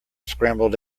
scrambled